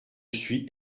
suis